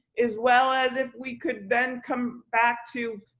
as well as if we could then come back to